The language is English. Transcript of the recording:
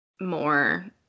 more